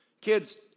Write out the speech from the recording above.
Kids